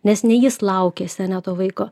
nes ne jis laukėsi ane to vaiko